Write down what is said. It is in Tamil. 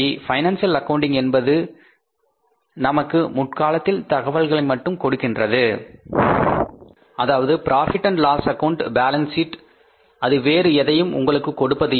பைனான்சியல் அக்கவுண்டிங் என்பது நமக்கு முற்காலத்தின் தகவல்களை மட்டும் கொடுக்கின்றது அதாவது profit and loss account balance sheet அது வேறு எதையும் உங்களுக்கு கொடுப்பது இல்லை